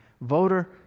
voter